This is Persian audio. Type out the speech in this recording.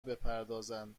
بپردازند